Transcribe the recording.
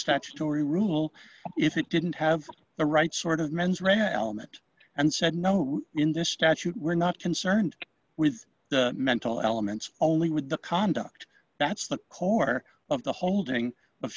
statutory rule if it didn't have the right sort of mens rea element and said no in this statute we're not concerned with the mental elements only with the conduct that's the core of the hol